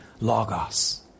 logos